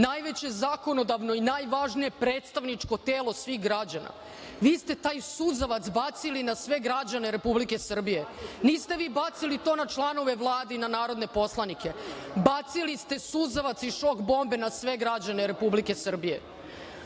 najveće zakonodavno i najvažnije predstavničko telo svih građana. Vi ste taj suzavac bacili na sve građane Republike Srbije. Niste to bacili na članove Vlade i na narodne poslanike. Bacili ste suzavac i šok bombe na sve građane Republike Srbije. Jasmina